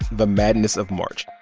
the madness of march.